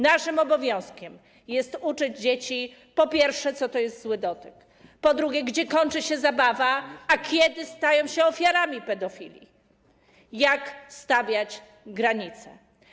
Naszym obowiązkiem jest uczyć dzieci, po pierwsze, co to jest zły dotyk, po drugie, kiedy kończy się zabawa, a kiedy stają się ofiarami pedofili, jak stawiać granice.